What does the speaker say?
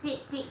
wait wait